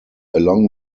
along